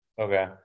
Okay